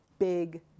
big